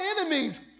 enemies